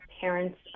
parents